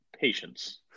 Patience